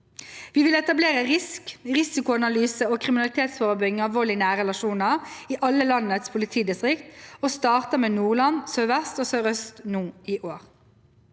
Vi vil etablere RISK, risikoanalyse og kriminalitetsforebygging av vold i nære relasjoner, i alle landets politidistrikt og starter med Nordland, sør-vest og sør-øst nå i år.